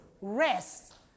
rest